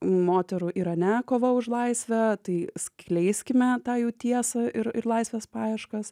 moterų irane kova už laisvę tai skleiskime tą jų tiesą ir ir laisvės paieškas